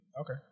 okay